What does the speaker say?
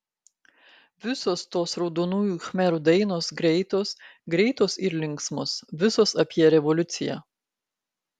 visos tos raudonųjų khmerų dainos greitos greitos ir linksmos visos apie revoliuciją